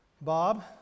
Bob